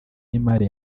y’imari